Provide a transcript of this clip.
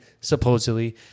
supposedly